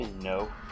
No